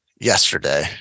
yesterday